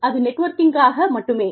அது நெட்வொர்க்கிங்காக மட்டுமே